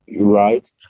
right